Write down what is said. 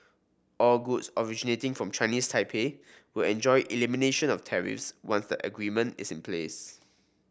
all goods originating from Chinese Taipei will enjoy elimination of tariffs once the agreement is in place